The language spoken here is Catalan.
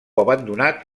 abandonat